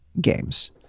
games